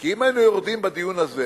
כי אם היינו יורדים בדיון הזה